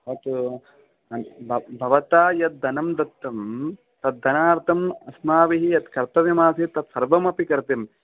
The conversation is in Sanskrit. भवता यद्धनं दत्तं तद्धनान्थं अस्माभिः यत् कर्तव्यम् आसीत् तत् सर्वम् अपि कृतं